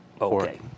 Okay